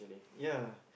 ya